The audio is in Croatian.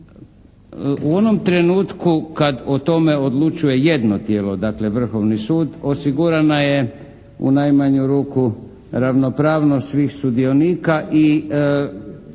U onom trenutku kad o tome odlučuje jedno tijelo, dakle Vrhovni sud osigurana je u najmanju ruku ravnopravnost svih sudionika i